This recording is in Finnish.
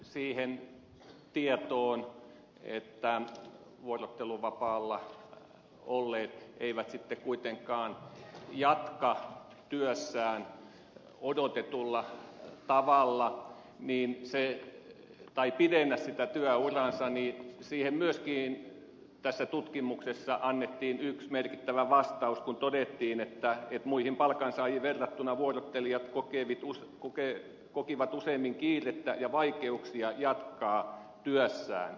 siihen tietoon että vuorotteluvapaalla olleet eivät sitten kuitenkaan jatka työssään odotetulla tavalla tai pidennä sitä työuraansa myöskin tässä tutkimuksessa annettiin yksi merkittävä vastaus kun todettiin että muihin palkansaajiin verrattuna vuorottelijat kokivat useammin kiirettä ja vaikeuksia jatkaa työssään